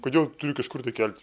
kodėl turiu kažkur tai kelti